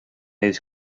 his